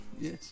yes